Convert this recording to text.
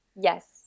Yes